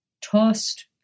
tossed